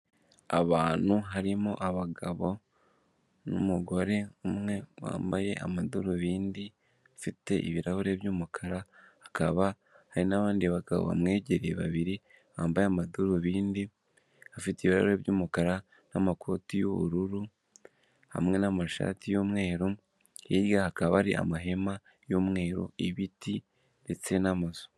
Abantu harimo abagabo n'umugore umwe wambaye amadarubindi afite ibirahure by'umukara, hakaba hari n'abandi bagabo bamwegereye babiri bambaye amadarubindi afite ibirahure by'umukara n'amakoti y'ubururu hamwe n'amashati y'umweru, hirya hakaba hari amahema y'umweru, ibiti ndetse n'amazu.